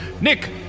Nick